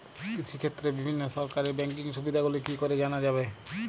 কৃষিক্ষেত্রে বিভিন্ন সরকারি ব্যকিং সুবিধাগুলি কি করে জানা যাবে?